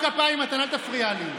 ויֹדע דעת עליון".